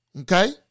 Okay